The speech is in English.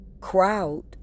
crowd